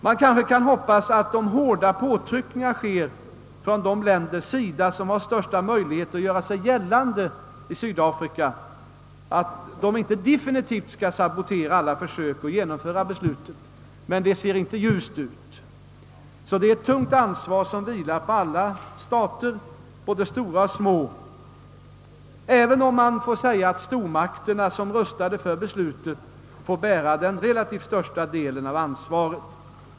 Vi kanske kan hoppas, att om hårda påtryckningar görs från de länder som har de största möjligheterna att göra sig gällande i Sydafrika, så skall inte alla försök att genomföra beslutet definitivt saboteras. Men det ser inte ljust ut. Det är alltså ett tungt ansvar som vilar på alla stater, både stora och små, även om man får säga att stormakterna, som röstade för beslutet, har att bära den relativt största delen av ansvaret.